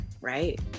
right